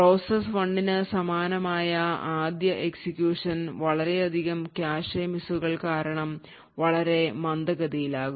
process 1 ന് സമാനമായ ആദ്യ എക്സിക്യൂഷൻ വളരെയധികം കാഷെ മിസ്സുകൾ കാരണം വളരെ മന്ദഗതിയിലാകും